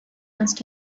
must